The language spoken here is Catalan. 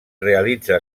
realitza